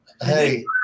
Hey